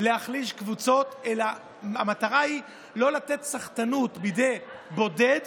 להחליש קבוצות, אלא המטרה היא לא לתת בידי בודד